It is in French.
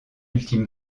ultime